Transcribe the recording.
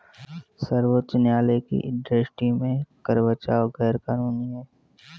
सर्वोच्च न्यायालय की दृष्टि में कर बचाव गैर कानूनी है